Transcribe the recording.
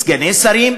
סגני שרים,